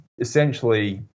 essentially